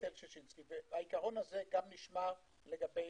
העיקרון הזה גם נשמר לגבי